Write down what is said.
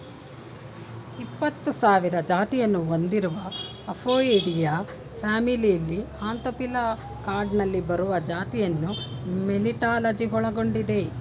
ಇಪ್ಪತ್ಸಾವಿರ ಜಾತಿಯನ್ನು ಹೊಂದಿರುವ ಅಪೊಯಿಡಿಯಾ ಫ್ಯಾಮಿಲಿಲಿ ಆಂಥೋಫಿಲಾ ಕ್ಲಾಡ್ನಲ್ಲಿ ಬರುವ ಜಾತಿಯನ್ನು ಮೆಲಿಟಾಲಜಿ ಒಳಗೊಂಡಿದೆ